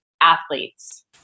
athletes